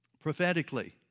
prophetically